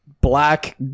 black